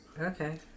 Okay